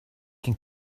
can